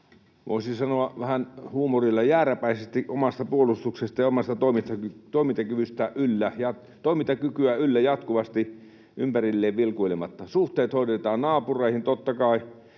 voisi sanoa vähän huumorilla, jääräpäisesti omaa puolustustaan ja omaa toimintakykyään yllä jatkuvasti ympärilleen vilkuilematta. Suhteet hoidetaan naapureihin, totta kai,